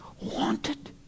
wanted